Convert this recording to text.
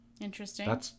Interesting